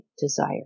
desire